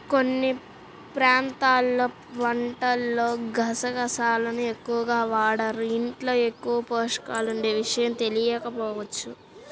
కొన్ని ప్రాంతాల్లో వంటల్లో గసగసాలను ఎక్కువగా వాడరు, యీటిల్లో ఎక్కువ పోషకాలుండే విషయం తెలియకపోవచ్చు